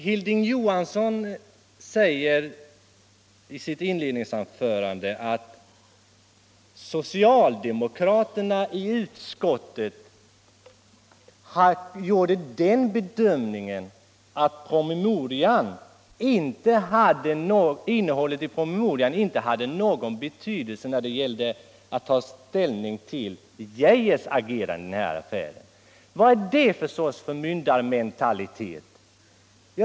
Hilding Johansson sade i sitt inledningsanförande att socialdemokraterna i utskottet gjorde den bedömningen att innehållet i promemorian inte hade någon betydelse när det gällde att ta ställning till Geijers agerande i denna fråga. Vad är det för sorts förmyndarmentalitet!